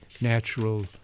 natural